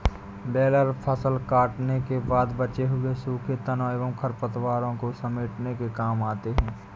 baler फसल कटने के बाद बचे हुए सूखे तनों एवं खरपतवारों को समेटने के काम आते हैं